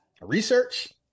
Research